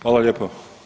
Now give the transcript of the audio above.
Hvala lijepo.